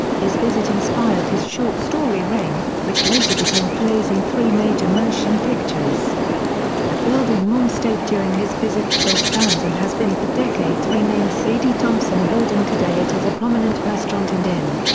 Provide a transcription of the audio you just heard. his visit inspired his short story rain, which later became plays and three major motion pictures the building maugham stayed during his visit still stands and has been for decades renamed sadie thompson building today it is a prominent restaurant and inn.